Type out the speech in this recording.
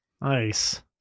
nice